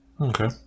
Okay